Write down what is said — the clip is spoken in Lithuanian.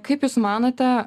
kaip jūs manote